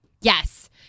Yes